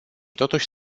totuși